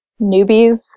newbies